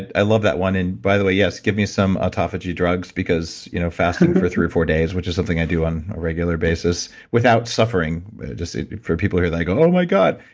and i love that one and by the way, yes, give me some autophagy drugs because you know fasting for three or four days, which is something i do on a regular basis without suffering just for people who are like, oh my god,